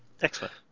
excellent